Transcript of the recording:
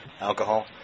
alcohol